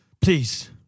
please